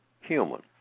human